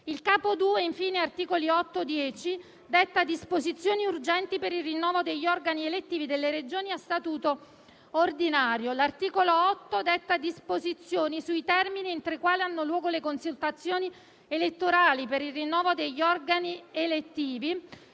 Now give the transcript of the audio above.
Il capo 2 (articoli 8-10), infine, detta disposizioni urgenti per il rinnovo degli organi elettivi delle Regioni a statuto ordinario. L'articolo 8 detta disposizioni sui termini entro i quali hanno luogo le consultazioni elettorali per il rinnovo degli organi elettivi.